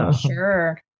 Sure